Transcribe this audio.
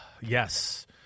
Yes